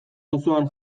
auzoan